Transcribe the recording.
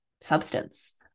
substance